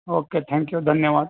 okay thank you धन्यवाद